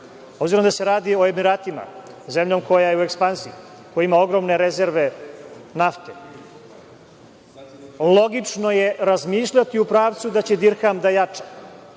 padne. Obzirom da se radi o Emiratima, zemljom koja je u ekspanziji, koja ima ogromne rezerve nafte, logično je razmišljati u pravcu da će dirham da jača